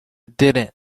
didn’t